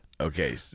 Okay